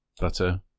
butter